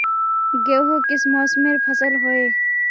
गेहूँ किस मौसमेर फसल होय?